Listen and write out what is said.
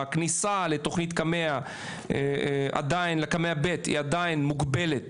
הכניסה לתוכנית קמ"ע ב' היא עדיין מוגבלת